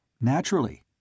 Naturally